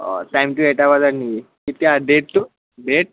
অঁ টাইমটো এটা বজাত নি কেতিয়া ডেটটো ডেট